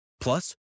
Plus